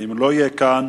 ואם הוא לא יהיה כאן,